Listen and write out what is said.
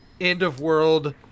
end-of-world